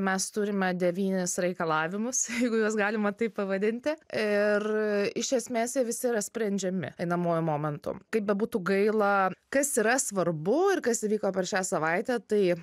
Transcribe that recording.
mes turime devynis reikalavimus jeigu juos galima taip pavadinti ir iš esmės jie visi yra sprendžiami einamuoju momentu kaip bebūtų gaila kas yra svarbu ir kas įvyko per šią savaitę tai